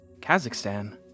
Kazakhstan